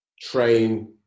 Train